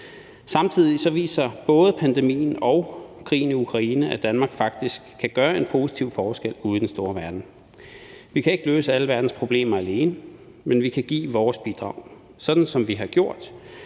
Samtidig viser både pandemien og krigen i Ukraine, at Danmark faktisk kan gøre en positiv forskel ude i den store verden. Vi kan ikke løse alle verdens problemer alene, men vi kan give vores bidrag, sådan som vi har gjort